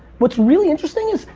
what's really interesting is,